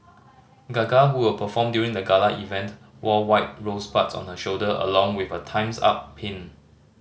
gaga who will perform during the gala event wore white rosebuds on her shoulder along with a Time's Up pin